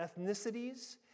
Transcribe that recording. ethnicities